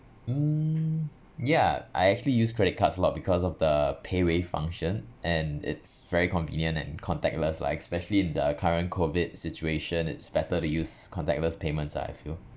mm yeah I actually use credit cards a lot because of the paywave function and it's very convenient and contactless like especially in the current COVID situation it's better to use contactless payments ah I feel